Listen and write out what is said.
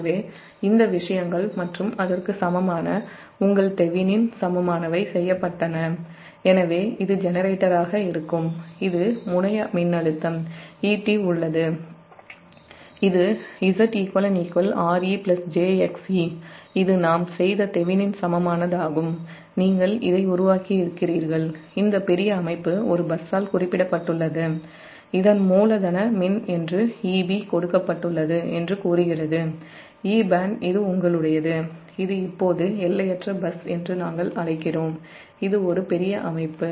எனவே இந்த விஷயங்கள் மற்றும் அதற்கு சமமான உங்கள் தெவெனின் சமமானவை செய்யப்பட்டன எனவே இது ஜெனரேட்டராக இருக்கும் இது முனைய மின்னழுத்தம் Et உள்ளது இது Zeq Re j xe இது நாம் செய்த தெவெனின் சமமானதாகும் நீங்கள் இதை உருவாக்கியிருக்கிறீர்கள் இந்த பெரிய அமைப்பு ஒரு பஸ்ஸால் குறிப்பிடப்பட்டுள்ளது இது மூலதன மின் EB என்று கொடுக்கப்பட்டுள்ளது என்று கூறுகிறது Eband இது உங்களுடையது இது இப்போது எல்லையற்ற பஸ் என்று நாம் அழைக்கிறோம் இது ஒரு பெரிய அமைப்பு